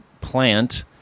plant